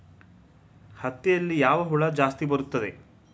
ಹತ್ತಿಯಲ್ಲಿ ಯಾವ ಹುಳ ಜಾಸ್ತಿ ಬರುತ್ತದೆ?